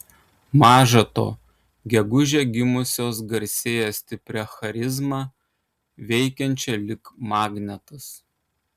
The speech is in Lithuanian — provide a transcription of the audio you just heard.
maža to gegužę gimusios garsėja stipria charizma veikiančia lyg magnetas